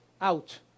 out